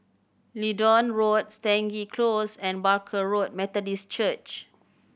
Leedon Road Stangee Close and Barker Road Methodist Church